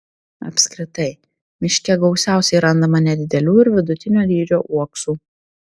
apskritai miške gausiausiai randama nedidelių ir vidutinio dydžio uoksų